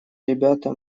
ребята